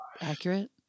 accurate